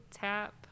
tap